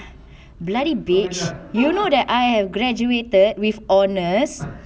bloody bitch you know that I have graduated with honours